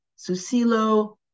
Susilo